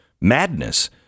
madness